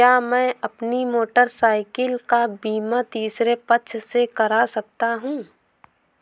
क्या मैं अपनी मोटरसाइकिल का बीमा तीसरे पक्ष से करा सकता हूँ?